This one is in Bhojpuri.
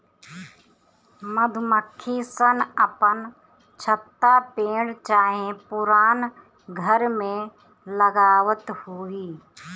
मधुमक्खी सन अपन छत्ता पेड़ चाहे पुरान घर में लगावत होई